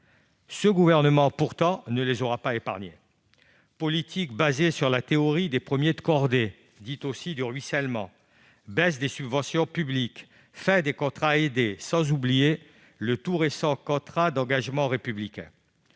ce gouvernement n'aura pas épargné les associations par sa politique fondée sur la théorie des premiers de cordée, dite aussi du ruissellement, par la baisse des subventions publiques, la fin des contrats aidés, sans oublier le tout récent contrat d'engagement républicain.